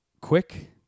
quick